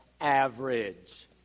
average